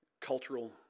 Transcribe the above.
cultural